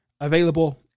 available